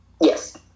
Yes